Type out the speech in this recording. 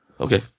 Okay